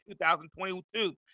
2022